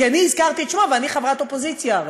כי אני הזכרתי את שמו ואני חברת אופוזיציה הרי,